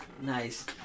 Nice